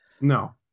No